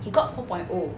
he got four point O